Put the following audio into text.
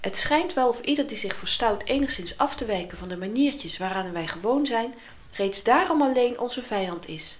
het schynt wel of ieder die zich verstout eenigszins aftewyken van de maniertjes waaraan wy gewoon zyn reeds daarom alleen onze vyand is